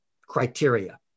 criteria